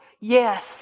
yes